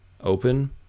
Open